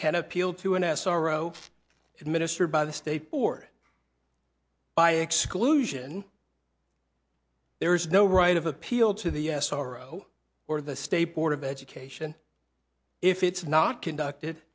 can appeal to an s r o administered by the state or by exclusion there is no right of appeal to the s r o or the state board of education if it's not conducted